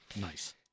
nice